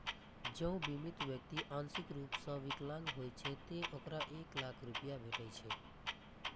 जौं बीमित व्यक्ति आंशिक रूप सं विकलांग होइ छै, ते ओकरा एक लाख रुपैया भेटै छै